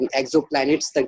exoplanets